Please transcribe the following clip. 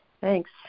thanks